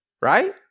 right